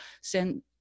send